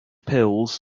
pills